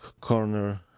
corner